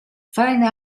fine